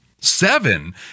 Seven